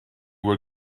were